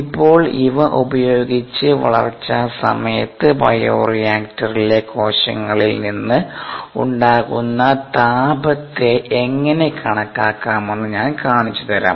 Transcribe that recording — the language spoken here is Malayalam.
ഇപ്പോൾ ഇവ ഉപയോഗിച്ച് വളർച്ചാ സമയത്ത് ബയോ റിയാക്ടറിലെ കോശങ്ങളിൽ നിന്ന് ഉണ്ടാകുന്ന താപത്തെ എങ്ങനെ കണക്കാക്കാമെന്ന് ഞാൻ കാണിച്ചുതരാം